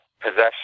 possession